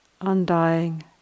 undying